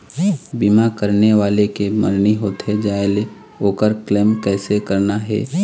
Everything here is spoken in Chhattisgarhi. बीमा करने वाला के मरनी होथे जाय ले, ओकर क्लेम कैसे करना हे?